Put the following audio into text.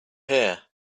here